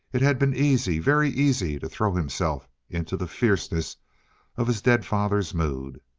it had been easy, very easy, to throw himself into the fierceness of his dead father's mood.